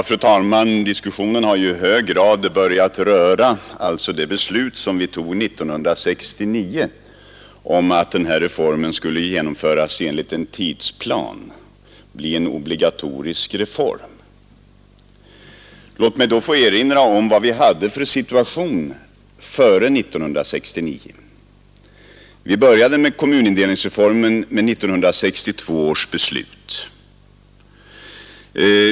Fru talman! Diskussionen har ju i hög grad börjat röra det beslut som vi fattade 1969 om att den här reformen skulle genomföras enligt en tidsplan och vara en obligatorisk reform. Låt mig då erinra om vilken situation vi hade före 1969. Vi började med kommunindelningsreformen genom 1962 års beslut.